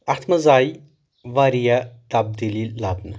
اتھ منٛز آیہِ واریاہ تبدیٖلی لبنہٕ